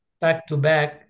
back-to-back